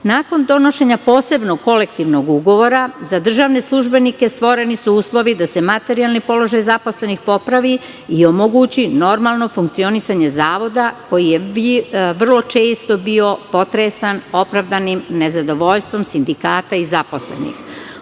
Nakon donošenja posebnog kolektivnog ugovora, za državne službenike su stvoreni uslovi da se materijalni položaj zaposlenih popravi i omogući normalno funkcionisanje zavoda koji je vrlo često bio potresan opravdanim nezadovoljstvom sindikata i zaposlenih.U